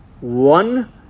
One